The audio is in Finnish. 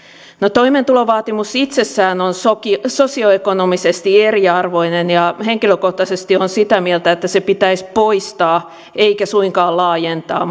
toimeentulovaatimus itsessään on sosioekonomisesti eriarvoistava ja henkilökohtaisesti olen sitä mieltä että se pitäisi poistaa eikä sitä suinkaan pitäisi laajentaa